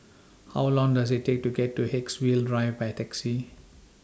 How Long Does IT Take to get to Haigsville Drive By Taxi